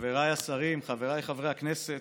חבריי השרים, חבריי חברי הכנסת,